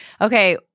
Okay